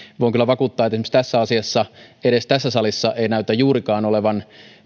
voin kyllä vakuuttaa että esimerkiksi tässä asiassa edes tässä salissa ei näytä juurikaan olevan